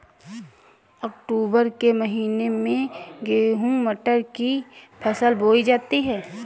अक्टूबर के महीना में गेहूँ मटर की फसल बोई जाती है